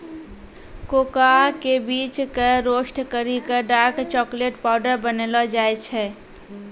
cocoa के बीज कॅ रोस्ट करी क डार्क चाकलेट पाउडर बनैलो जाय छै